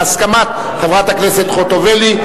בהסכמת חברת הכנסת חוטובלי,